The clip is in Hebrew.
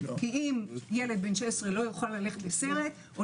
כי אם ילד בן 16 לא יוכל ללכת לסרט או